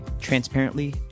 transparently